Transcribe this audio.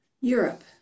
Europe